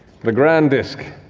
the grand disc.